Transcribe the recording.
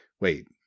Wait